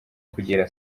kugera